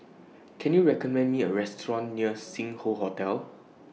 Can YOU recommend Me A Restaurant near Sing Hoe Hotel